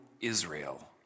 Israel